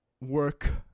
work